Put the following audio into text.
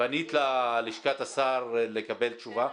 פנית ללשכת השר לקבל תשובה?